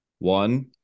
One